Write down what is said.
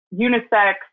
unisex